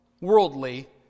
worldly